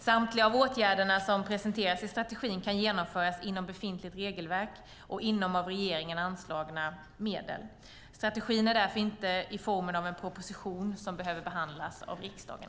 Samtliga av åtgärderna som presenteras i strategin kan genomföras inom befintligt regelverk och inom av regeringen anslagna medel. Strategin är därför inte i formen av en proposition som behöver behandlas av riksdagen.